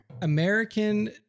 American